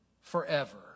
forever